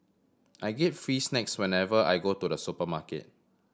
I get free snacks whenever I go to the supermarket